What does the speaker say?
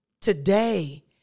today